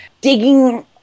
digging